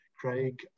Craig